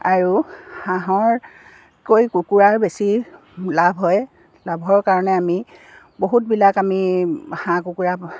আৰু হাঁহৰ কৈ কুকুৰাৰ বেছি লাভ হয় লাভৰ কাৰণে আমি বহুতবিলাক আমি হাঁহ কুকুৰা